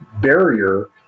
barrier